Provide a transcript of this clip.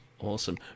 Awesome